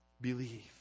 believe